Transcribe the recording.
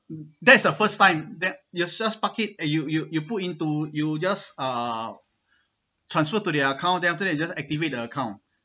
that is the first time then you just park it you you you put into you just uh transferred to their account then after that you just activate the account